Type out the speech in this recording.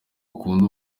ukunda